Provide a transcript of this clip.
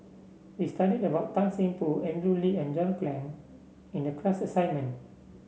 we studied about Tan Seng Poh Andrew Lee and John Clang in the class assignment